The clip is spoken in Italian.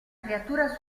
creatura